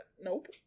Nope